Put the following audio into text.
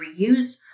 reused